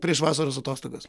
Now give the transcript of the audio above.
prieš vasaros atostogas